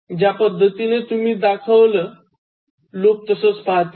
ज्या पद्धतीने तुम्ही दाखवाल लोक तसेच पाहतील